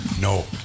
No